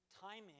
timing